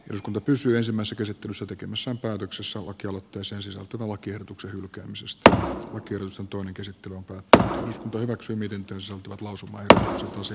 jos kunto pysyy ensimmäiset esittelyssä tekemässä päätöksessä lakialoitteeseen sisältyvän lakiehdotuksen hylkäämisestä äiti niin ehkä me silloin olemme vähän epäonnistuneetkin siinä päätöksenteossa